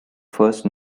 first